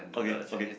okay okay